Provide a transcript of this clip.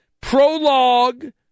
prologue